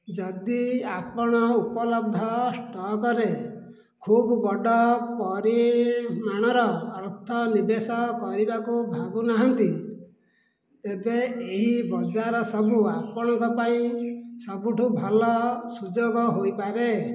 ଯଦି ଆପଣ ଉପଲବ୍ଧ ଷ୍ଟକ୍ରେ ଖୁବ୍ ବଡ଼ ପରିମାଣର ଅର୍ଥ ନିବେଶ କରିବାକୁ ଭାବୁନାହାନ୍ତି ତେବେ ଏହି ବଜାର ସବୁ ଆପଣଙ୍କ ପାଇଁ ସବୁଠୁ ଭଲ ସୁଯୋଗ ହୋଇପାରେ